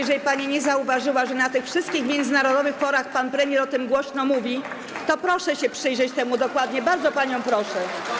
Jeżeli pani nie zauważyła, że na tych wszystkich międzynarodowych forach pan premier głośno o tym mówi, to proszę się przyjrzeć temu dokładnie, bardzo panią proszę.